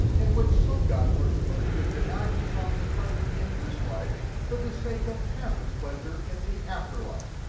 in which sun-god worshipers would deny themselves a pleasure in this life for the sake of tammuz pleasure in the afterlife.